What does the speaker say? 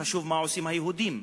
חשוב מה עושים היהודים.